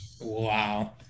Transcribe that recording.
Wow